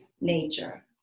nature